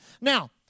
Now